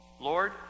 Lord